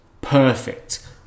perfect